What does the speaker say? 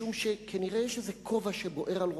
משום שכנראה יש איזה כובע שבוער על ראשו.